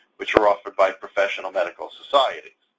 which are offered by professional medical societies.